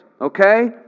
okay